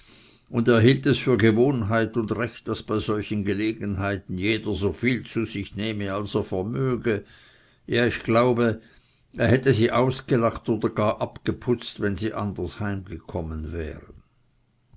und er hielt es für gewohnheit und recht daß bei solchen gelegenheiten jeder so viel zu sich nehme als er vermöge ja ich glaube er hätte sie ausgelacht oder gar abgeputzt wenn sie anders heimgekommen wären